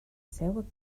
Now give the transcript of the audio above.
seu